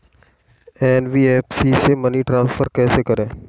NBFC से money transfer कैसे करें?